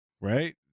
Right